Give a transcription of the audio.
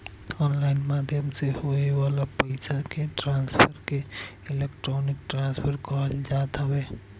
online माध्यम से होए वाला पईसा के ट्रांसफर के इलेक्ट्रोनिक ट्रांसफ़र कहल जात हवे